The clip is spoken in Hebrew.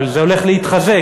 אבל זה הולך להתחזק,